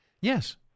Yes